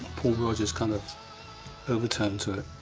paul rodgers kind of overturned to it.